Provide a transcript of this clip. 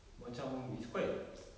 macam it's quite